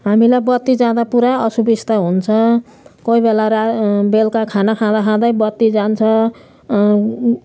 हामीलाई बत्ती जाँदा पुरा असुबिस्ता हुन्छ कोही बेला र बेलुका खाना खाँदा खाँदै बत्ती जान्छ